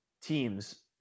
teams